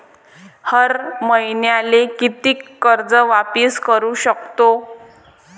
हर मईन्याले कितीक कर्ज वापिस करू सकतो?